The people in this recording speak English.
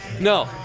no